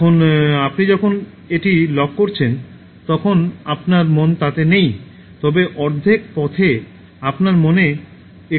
এখন আপনি যখন এটি লক করছেন তখন আপনার মন তাতে নেই তবে অর্ধেক পথে আপনার মনে একটি উত্তেজনাপূর্ণ অনুভূতি হবে